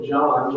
John